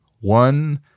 One